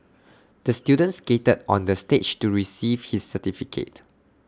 the student skated on the stage to receive his certificate